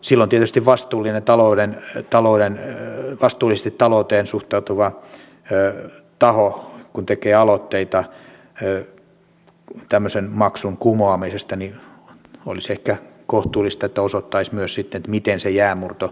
silloin tietysti kun vastuullisesti talouteen suhtautuva taho tekee aloitteita tämmöisen maksun kumoamisesta olisi ehkä kohtuullista että se osoittaisi myös sitten miten se jäänmurto kustannetaan